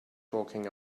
talking